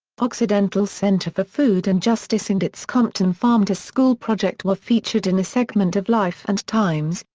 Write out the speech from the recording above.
occidental's center for food and justice and its compton farm-to-school project were featured in a segment of life and times,